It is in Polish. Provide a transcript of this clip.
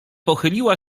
pochyliła